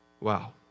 Wow